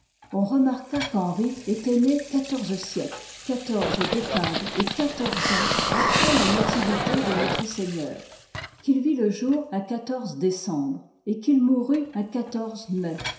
on remarqua qu'henri étoît né siècles quatorze d et quatorze ans après la nativité de notreseigneur qu'il vit le jour à décembre et quil mourut un mai